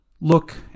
Look